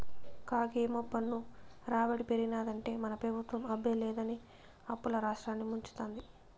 కాగేమో పన్ను రాబడి పెరిగినాదంటే మన పెబుత్వం అబ్బే లేదని అప్పుల్ల రాష్ట్రాన్ని ముంచతాంది